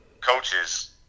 coaches